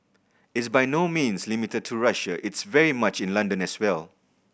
it's by no means limited to Russia it's very much in London as well